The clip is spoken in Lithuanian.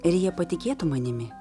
ir jie patikėtų manimi